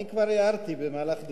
אני כבר הערתי במהלך דבריו,